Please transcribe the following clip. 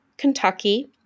Kentucky